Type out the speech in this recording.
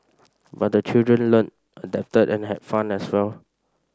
but the children learnt adapted and had fun as well